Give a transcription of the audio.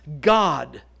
God